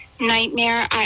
nightmare